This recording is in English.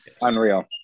unreal